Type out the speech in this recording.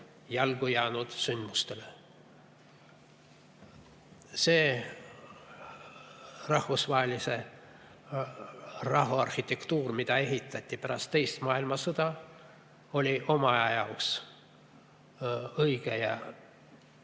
jalgu jäänud sündmustele. See rahvusvahelise rahu arhitektuur, mida ehitati pärast teist maailmasõda, oli oma aja jaoks õige ja,